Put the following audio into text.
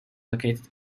located